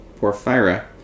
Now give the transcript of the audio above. porphyra